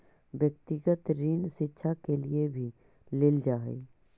व्यक्तिगत ऋण शिक्षा के लिए भी लेल जा हई